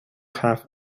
have